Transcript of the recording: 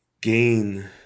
gain